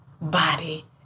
body